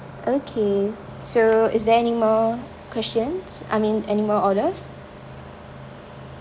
okay so is there anymore questions I mean anymore orders